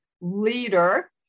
leader